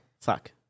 fuck